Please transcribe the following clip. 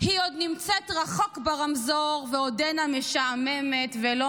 היא עוד נמצאת רחוק ברמזור, ועודנה משעממת ולא